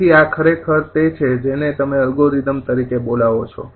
તેથી આ ખરેખર તે છે જેને તમે અલ્ગોરિધમ તરીકે બોલાવો છો